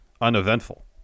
uneventful